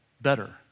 better